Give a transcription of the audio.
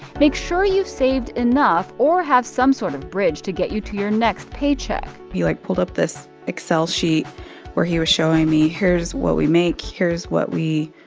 make sure you've saved enough or have some sort of bridge to get you to your next paycheck he, like, pulled up this excel sheet where he was showing me here's what we make, here's what we,